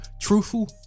truthful